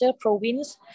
provinces